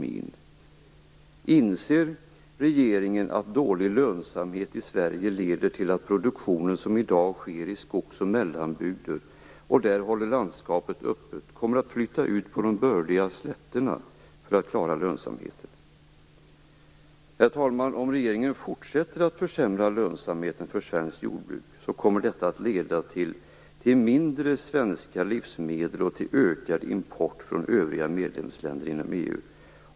Inser regeringen att dålig lönsamhet i Sverige leder till att den produktion som i dag sker i skogs och mellanbygder och där håller landskapet öppet kommer att flytta ut till de bördiga slätterna för att klara lönsamheten? Herr talman! Om regeringen fortsätter att försämra lönsamheten för svenskt jordbruk, kommer detta att leda till mindre av svenska livsmedel och till ökad import från övriga medlemsländer inom EU.